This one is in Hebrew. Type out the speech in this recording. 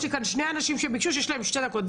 שני אנשים ביקשו לדבר ויש להם שתי דקות.